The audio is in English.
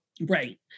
Right